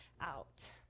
out